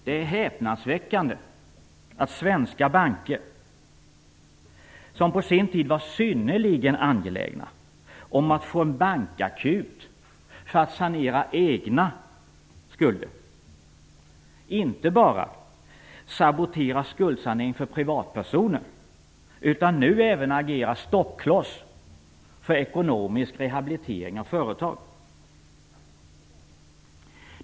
Det är häpnadsväckande att svenska banker som på sin tid var synnerligen angelägna om att få en bankakut för att sanera egna skulder inte bara saboterar skuldsaneringen för privatpersoner utan nu även agerar stoppkloss för ekonomisk rehabilitering av företag.